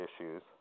issues